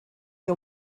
que